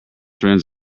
friends